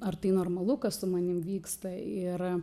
ar tai normalu kas su manim vyksta ir